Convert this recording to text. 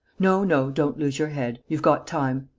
no, no, don't lose your head. you've got time.